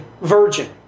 virgin